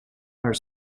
are